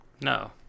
No